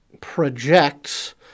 projects